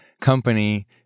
company